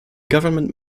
government